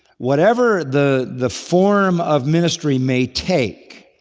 whatever the the form of ministry may take,